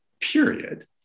period